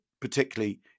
particularly